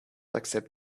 accept